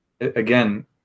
again